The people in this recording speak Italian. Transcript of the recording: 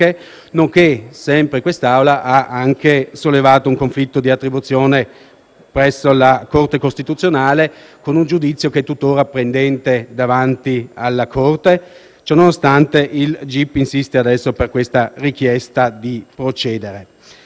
L'Assemblea aveva anche sollevato un conflitto di attribuzione presso la Corte costituzionale, con un giudizio che è tuttora pendente davanti alla Corte; ciononostante il gip insiste nella richiesta a procedere.